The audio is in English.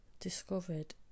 discovered